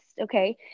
Okay